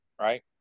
right